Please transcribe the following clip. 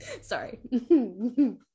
Sorry